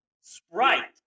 Sprite